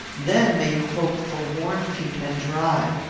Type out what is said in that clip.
then may you hope for warm feet and dry.